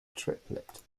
triplet